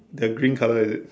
the green colour is it